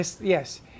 yes